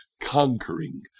conquering